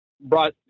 brought